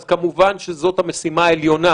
אז כמובן שזאת המשימה העליונה.